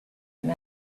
night